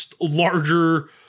larger